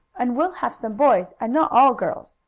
and we'll have some boys, and not all girls!